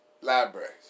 Libraries